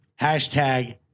hashtag